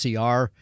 CR